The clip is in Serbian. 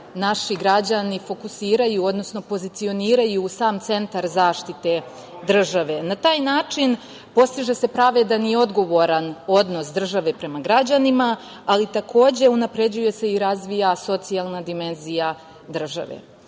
naši građani fokusiraju, odnosno pozicioniraju u sam centar zaštite države. Na taj način postiže se pravedan i odgovoran odnos države prema građanima, ali takođe unapređuje se i razvija socijalna dimenzija države. Ovim